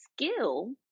skill